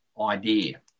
idea